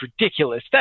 ridiculous